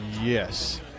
Yes